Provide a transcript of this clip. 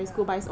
ya